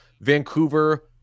Vancouver